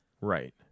Right